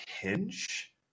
Hinge